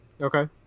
Okay